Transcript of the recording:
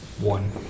One